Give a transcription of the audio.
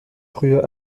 früher